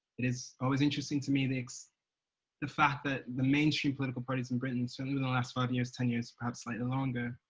it is always interesting to me the, the fact that the mainstream political parties in britain, certainly in the last five years, ten years, perhaps slightly longer,